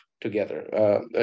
together